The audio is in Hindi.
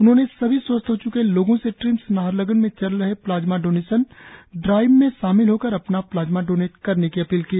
उन्होंने सभी स्वस्थ हो च्के लोगों से ट्रिम्स नाहरलग्न में चल रहे प्लाज्मा डोनेशन ड्राइव में शामिल होने और अपना प्लाज्मा डोनेट करने की अपील की है